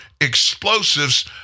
explosives